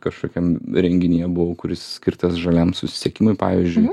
kažkokiam renginyje buvau kuris skirtas žaliam susisiekimui pavyzdžiui